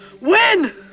Win